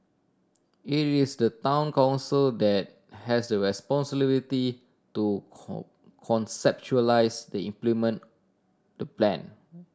it is the Town Council that has the responsibility to conceptualise the implement the plan